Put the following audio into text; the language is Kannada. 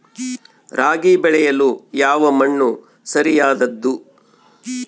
ರಾಗಿ ಬೆಳೆಯಲು ಯಾವ ಮಣ್ಣು ಸರಿಯಾದದ್ದು?